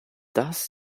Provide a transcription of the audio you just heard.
does